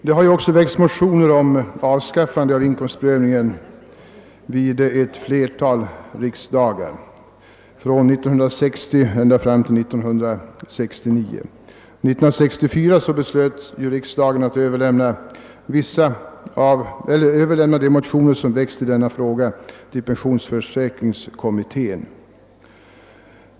Det har ju också väckts motioner om avskaffande av inkomstprövningen vid ett flertal riksdagar från 1960 ända fram till 1969. 1964 beslöt riksdagen att överlämna de motioner som väckts i denna fråga till pensionsförsäkringskommittén.